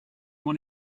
one